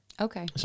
Okay